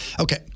Okay